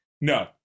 No